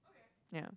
yeah